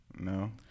No